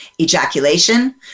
ejaculation